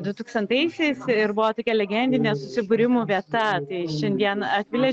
dutūkstantaisiais ir buvo tokia legendinė susibūrimų vieta tai šiandien akvilė